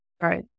Right